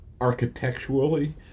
architecturally